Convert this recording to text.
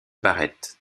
barrett